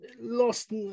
Lost